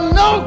no